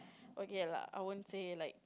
okay lah I won't say like